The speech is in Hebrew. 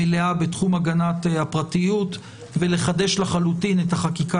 מלאה בתחום הגנת הפרטיות ולחדש לחלוטין את החקיקה